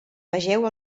vegeu